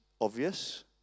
obvious